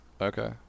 Okay